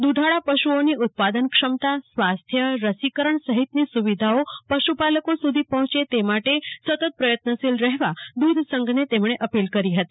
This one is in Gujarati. દૂધાળા પશુઓની ઉત્પાદન ક્ષમતા સ્વાસ્થ્ય રસીકરણ સહિતની સુવિધાઓ પશુપાલકો સુધી પહોંચે તે માટે સતત પ્રયત્નશીલ રહેવા દૂધ સંઘને તેમણે અપીલ કરી હતી